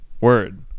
word